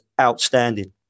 outstanding